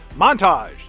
Montage